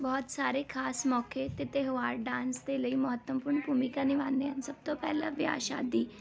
ਬਹੁਤ ਸਾਰੇ ਖਾਸ ਮੌਕੇ ਅਤੇ ਤਿਉਹਾਰ ਡਾਂਸ ਦੇ ਲਈ ਮਹੱਤਮਪੂਰਨ ਭੂਮਿਕਾ ਨਿਭਾਉਂਦੇ ਹਨ ਸਭ ਤੋਂ ਪਹਿਲਾਂ ਵਿਆਹ ਸ਼ਾਦੀ